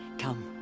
come.